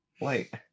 Wait